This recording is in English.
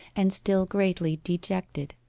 and still greatly dejected.